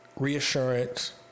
Reassurance